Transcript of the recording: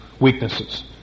weaknesses